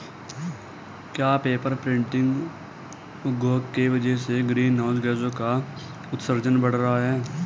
क्या paper printing उद्योग की वजह से ग्रीन हाउस गैसों का उत्सर्जन बढ़ रहा है?